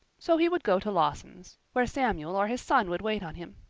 so he would go to lawson's, where samuel or his son would wait on him.